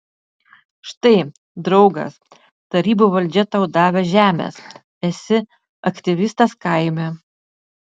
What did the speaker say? štai draugas tarybų valdžia tau davė žemės esi aktyvistas kaime